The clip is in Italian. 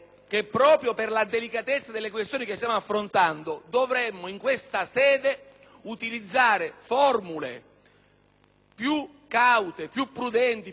più caute, prudenti e rispettose anche quando dobbiamo far valere legittimamente opinioni diverse.